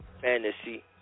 Fantasy